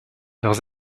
leurs